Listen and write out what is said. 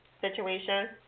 situation